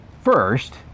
First